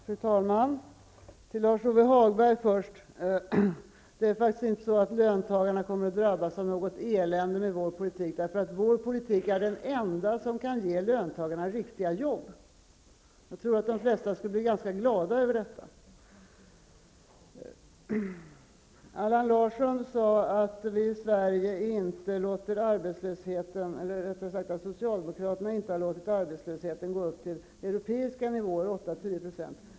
Fru talman! Till Lars-Ove Hagberg vill jag först säga att det faktiskt inte är så att löntagarna kommer att drabbas av något elände med vår politik. Vår politik är den enda som kan ge löntagarna riktiga arbeten. Jag tror att de flesta skulle bli ganska glada över detta. Allan Larsson sade att socialdemokraterna inte har låtit arbetslösheten i Sverige gå upp till europeiska nivåer, dvs. 8--10 %.